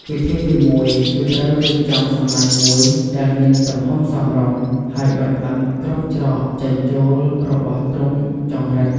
វិធីទីមួយ គឺត្រូវរៀបចំសំណាញ់មួយដែលមានទំហំសមរម្យ ហើយបិទបាំងគ្រប់ច្រកចេញចូលរបស់ទ្រុងចង្រិត។